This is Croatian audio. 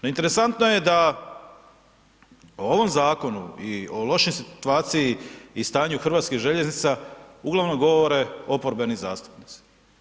No interesantno je da, o ovom zakonu i o lošoj situaciji i stanju Hrvatskim željeznica, uglavnom govore oporbeni zastupnici.